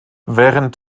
während